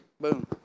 boom